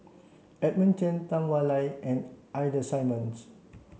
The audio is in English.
Edmund Cheng Tam Wai and Ida Simmons